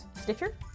Stitcher